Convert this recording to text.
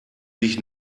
sich